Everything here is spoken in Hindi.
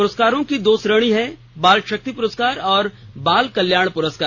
पुरस्कारों की दो श्रेणी हैं बाल शक्ति पुरस्कार और बाल कल्याण पुरस्कार